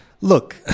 Look